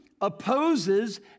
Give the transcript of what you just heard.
opposes